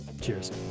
Cheers